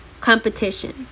competition